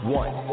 one